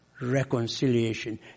reconciliation